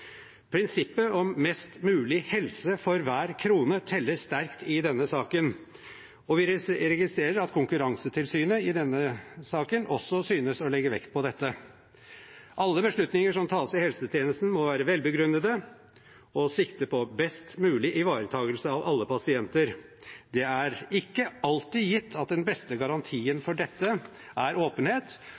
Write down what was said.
Prinsippet om mest mulig helse for hver krone teller sterkt i denne saken. Vi registrerer at Konkurransetilsynet i denne saken også synes å legge vekt på dette. Alle beslutninger som tas i helsetjenesten, må være velbegrunnede og ta sikte på best mulig ivaretakelse av alle pasienter. Det er ikke alltid gitt at den beste garantien for dette er åpenhet,